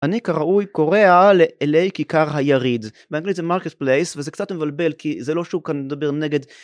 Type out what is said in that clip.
אני כראוי כורע לאלי כיכר היריד באנגלית זה marketplace וזה קצת מבלבל כי זה לא שהוא כאן מדבר נגד